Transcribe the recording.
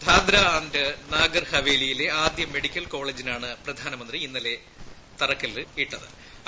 Dadra and Nagar Haveli യിലെ ആദ്യ medical കോളേജിനും പ്രധാനമന്ത്രി ഇന്നലെ തറക്ക ല്ലിട്ടു